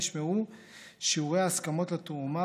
נשמרו שיעורי ההסכמות לתרומה,